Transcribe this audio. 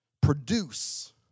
produce